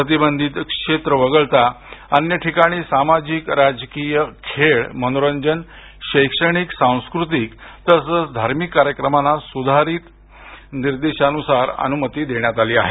प्रतिबंधित क्षेत्र वगळता अन्य ठिकाणी सामाजिक राजकीय खेळ मनोरंजन शैक्षणिक सांस्कृतिक तसंच धार्मिक कार्यक्रमांना सुधारित निर्देशांनुसार अनुमती देण्यात आली आहे